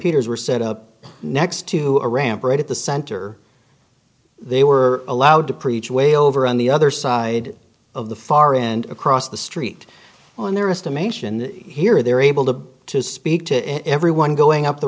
peter's were set up next to a ramp right at the center they were allowed to preach way over on the other side of the far end across the street on their estimation here they were able to speak to everyone going up the